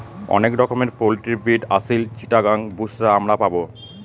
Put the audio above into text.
অনেক রকমের poultry breed Aseel, Chittagong, Busra আমরা পাবো